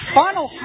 final